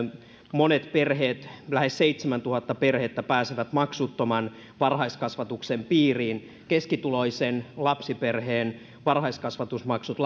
monet perheet lähes seitsemäntuhatta perhettä pääsevät maksuttoman varhaiskasvatuksen piiriin keskituloisen lapsiperheen varhaiskasvatusmaksut